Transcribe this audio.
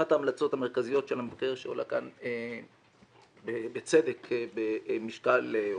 אחת ההמלצות המרכזיות של המבקר שעולה כאן בצדק במשקל או